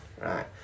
Right